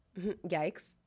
Yikes